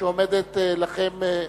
שעומדת לכם.